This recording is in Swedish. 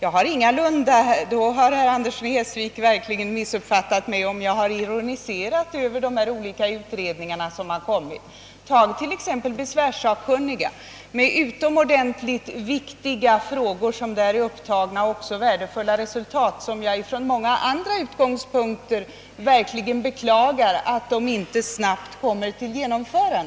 Om herr Andersson i Essvik tror att jag ironiserade över de olika utredningarna har han missförstått mig. Ta till exempel besvärssakkunniga med de utomordentligt viktiga frågor som behandlats av dem och de värdefulla förslag som också lämnats. Jag beklagar verkligen att de inte snabbt blivit genomförda.